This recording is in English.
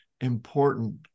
important